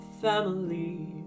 family